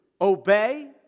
obey